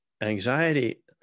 anxiety